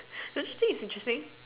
don't you think it's interesting